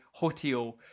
Hotio